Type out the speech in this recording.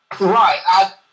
Right